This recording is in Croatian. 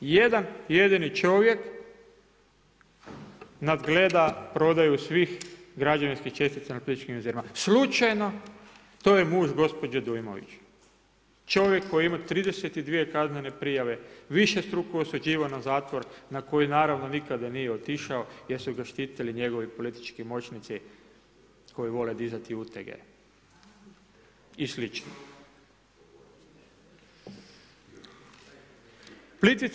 Jedan jedini čovjek nadgleda prodaju svih građevinskih čestica na Plitvičkim jezerima, slučajno to je muž gospođe Dujmović, čovjek koji ima 32 kaznene prijave, višestruko osuđivan na zatvor na koji naravno nikada nije otišao jer su ga štitili njegovi politički moćnici koji vole dizati utege i slično.